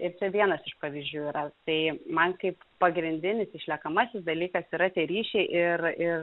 ir čia vienas iš pavyzdžių yra tai man kaip pagrindinis išliekamasis dalykas yra tie ryšiai ir ir